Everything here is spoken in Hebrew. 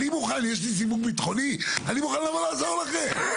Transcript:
יש לי סיווג ביטחוני, אני מוכן לבוא לעזור לכם.